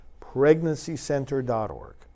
Pregnancycenter.org